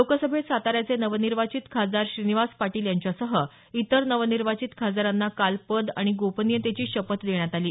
लोकसभेत साताऱ्याचे नवनिर्वाचित खासदार श्रीनिवास पाटील यांच्यासह इतर नवनिर्वाचित खासदारांना काल पद आणि गोपनीयतेची शपथ देण्यात आली